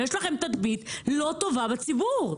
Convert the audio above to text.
יש לכם תדמית לא טובה בציבור.